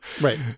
right